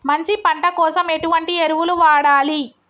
మంచి పంట కోసం ఎటువంటి ఎరువులు వాడాలి?